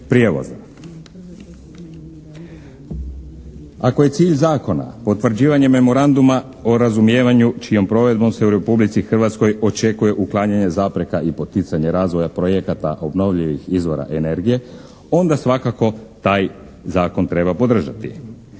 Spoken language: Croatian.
Ako je cilj zakona potvrđivanje memoranduma o razumijevanju čijom provedbom se u Republici Hrvatskoj očekuje uklanjanje zapreka i poticanje razvoja projekata obnovljivih izvora energije onda svakako taj zakon treba podržati.